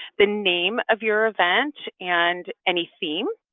the name of your event and any theme.